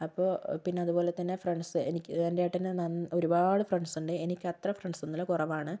അപ്പോൾ പിന്നെ അതുപോലെതന്നെ ഫ്രണ്ട്സ് എനിക്ക് എൻ്റെ ഏട്ടന് നന്ന ഒരുപാട് ഫ്രണ്ട്സ് ഉണ്ട് എനിക്ക് അത്ര ഫ്രണ്ട്സ് ഒന്നുമില്ല കുറവാണ്